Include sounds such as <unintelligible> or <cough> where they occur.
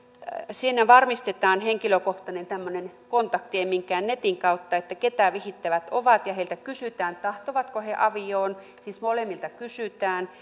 siinä varmistetaan tämmöinen henkilökohtainen kontakti ei minkään netin kautta että keitä vihittävät ovat ja heiltä kysytään tahtovatko he avioon siis molemmilta kysytään <unintelligible>